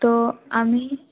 তো আমি